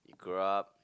grow up